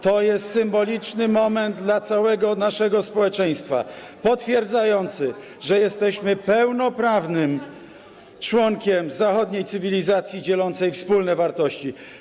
To jest symboliczny moment dla całego naszego społeczeństwa, potwierdzający, że jesteśmy pełnoprawnym członkiem zachodniej cywilizacji dzielącej wspólne wartości.